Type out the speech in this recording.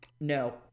No